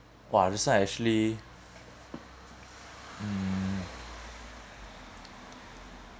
!wah! this one actually mm